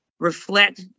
reflect